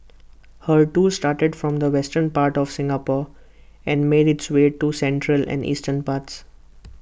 her tour started from the western part of Singapore and made its way to the central and eastern parts